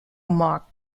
marked